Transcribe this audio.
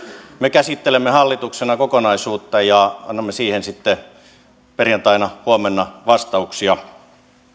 me käsittelemme hallituksena kokonaisuutta ja annamme siihen sitten huomenna perjantaina vastauksia